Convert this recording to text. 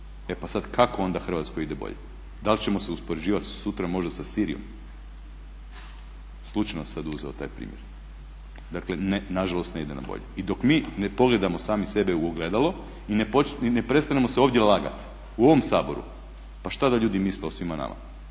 E pa sad kako onda Hrvatskoj ide bolje? Da li ćemo se uspoređivati sutra možda sa Sirijom? Slučajno sam uzeo taj primjer. Dakle, na žalost ne ide na bolje. I dok mi ne pogledamo sami sebe u ogledalo i ne prestanemo se ovdje lagati u ovom Saboru pa šta da ljudi misle o svima nama.